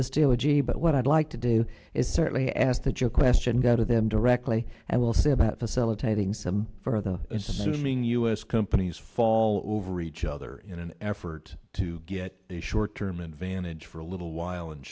this deal a j but what i'd like to do is certainly ask that your question got of them directly and we'll see about facilitating some further assuming u s companies fall over each other in an effort to get the short term and vanish for a little while